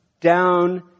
down